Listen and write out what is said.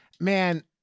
man